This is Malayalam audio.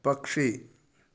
പക്ഷി